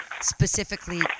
specifically